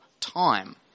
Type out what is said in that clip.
time